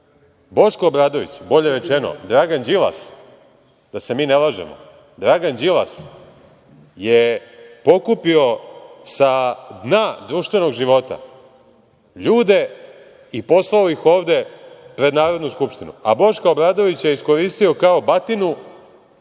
Obradović, bolje rečeno, Dragan Đilas, da se mi ne lažemo, Dragan Đilas je pokupio sa dna društvenog života ljude i poslao ih ovde pred Narodnu skupštinu, a Boška Obradovića iskoristio kao batinu